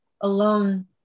alone